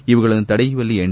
ಇವುಗಳನ್ನು ತಡೆಯುವಲ್ಲಿ ಎನ್